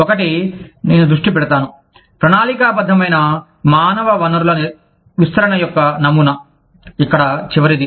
ఒకటి నేను దృష్టి పెడతాను ప్రణాళికాబద్ధమైన మానవ వనరుల విస్తరణ యొక్క నమూనా ఇక్కడ చివరిది